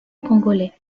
congolais